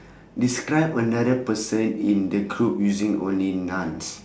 describe another person in the group using only nouns